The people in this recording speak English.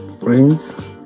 friends